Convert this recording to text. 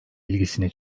ilgisini